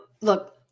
look